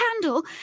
candle